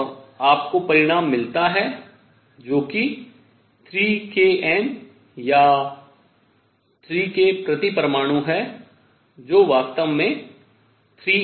और आपको परिणाम मिलता है जो कि 3kN या 3k प्रति परमाणु है जो वास्तव में 3R है